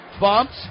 Bumps